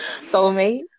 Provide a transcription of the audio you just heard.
Soulmates